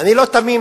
אני לא תמים.